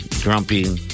grumpy